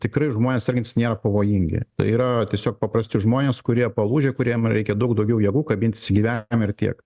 tikrai žmonės sergantys nėra pavojingi yra tiesiog paprasti žmonės kurie palūžę kuriem reikia daug daugiau jėgų kabintis į gyvenimą ir tiek